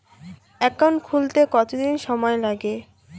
Account খুলতে কতদিন সময় লাগে?